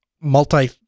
multi